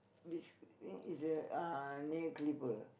this thing is a uh nail clipper